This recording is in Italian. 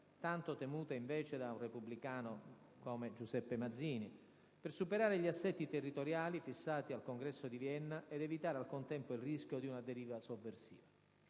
tanto temuta invece dal repubblicano Giuseppe Mazzini - per superare gli assetti territoriali fissati al Congresso di Vienna ed evitare al contempo il rischio di una deriva sovversiva.